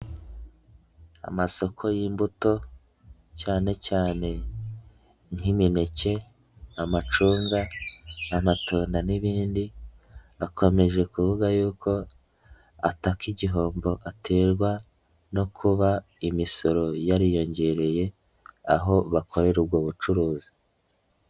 Amasoko y'imbuto cyane cyane nk'imineke, amacunga, amatunda n'ibindi, akomeje kuvuga yuko ataka igihombo aterwa no kuba imisoro yariyongereye, aho bakorera ubwo bucuruzi.